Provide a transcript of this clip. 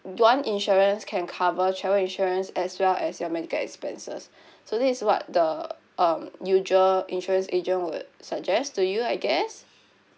one insurance can cover travel insurance as well as your medical expenses so this is what the um usual insurance agent would suggest to you I guess